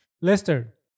Lester